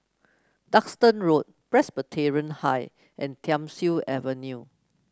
Duxton Road Presbyterian High and Thiam Siew Avenue